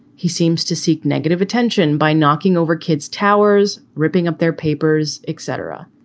he seems to seek negative attention by knocking over kids towers, ripping up their papers, etc.